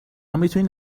میتوانید